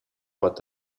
but